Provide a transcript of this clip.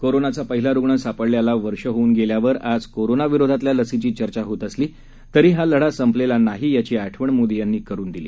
कोरोनाचा पहिला रुग्ण सापडल्याला वर्ष होऊन गेल्यावर आज कोरोना विरोधातल्या लसीची चर्चा होत असली तरी हा लढा संपलेला नाही याची आठवण मोदी यांनी करून दिली